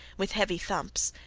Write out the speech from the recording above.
with heavy thumps.